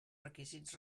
requisits